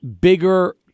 bigger